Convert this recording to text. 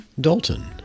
Dalton